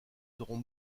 seront